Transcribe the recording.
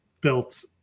built